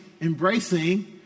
embracing